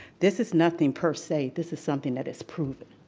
this is nothing per se, this is something that is proven.